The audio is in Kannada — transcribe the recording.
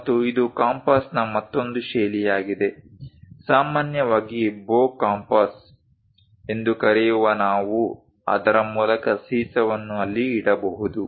ಮತ್ತು ಇದು ಕಂಪಾಸ್ನ ಮತ್ತೊಂದು ಶೈಲಿಯಾಗಿದೆ ಸಾಮಾನ್ಯವಾಗಿ ಬೋ ಕಂಪಾಸ್ ಎಂದು ಕರೆಯುವ ನಾವು ಅದರ ಮೂಲಕ ಸೀಸವನ್ನು ಅಲ್ಲಿ ಇಡಬಹುದು